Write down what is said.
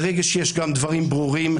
ברגע שיש גם דברים ברורים,